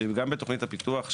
שגם בתכנית הפיתוח,